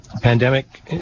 pandemic